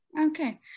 Okay